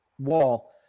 wall